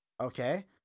Okay